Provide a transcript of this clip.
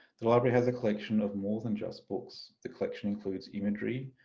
the library has a collection of more than just books, the collection includes imagery,